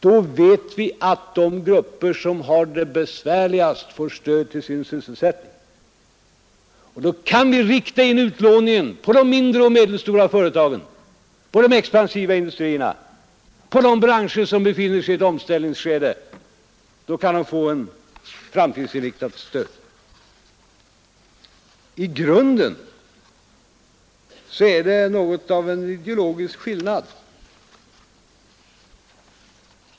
Då vet vi att de grupper som har det besvärligast får stöd till sin sysselsättning, och vi kan rikta in utlåningen på de mindre och medelstora företagen, på de expansiva industrierna och på de branscher som befinner sig i ett omställningsskede. Då kan de få ett framtidsinriktat stöd. I grunden finns något av en ideologisk skillnad.